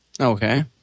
Okay